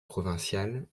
provincial